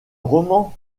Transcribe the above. roman